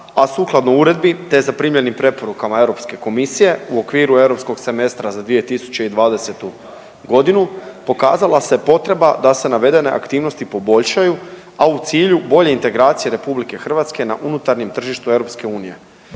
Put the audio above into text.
a sukladno uredbi te zaprimljenim preporukama Europske komisije u okviru europskog semestra za 2020. godinu pokazala se potreba da se navedene aktivnosti poboljšaju, a u cilju bolje integracije RH na unutarnjem tržištu EU. Koji